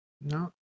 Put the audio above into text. no